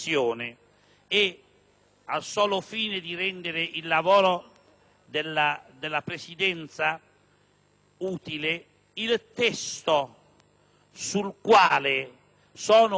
al solo fine di rendere il lavoro della Presidenza utile, il testo sul quale sono autorizzato